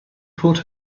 put